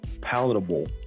palatable